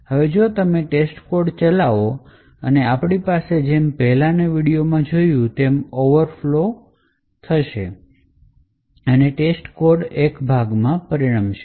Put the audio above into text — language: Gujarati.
હવે જો તમે ટેસ્ટકોડ ચલાવો અને અમારી પાસે જેમ પહેલાની વિડિઓમાં આપણે જોયું તેમ ઓવરફ્લો થાય છે અને ટેસ્ટકોડ એક ભાગમાં પરિણમે છે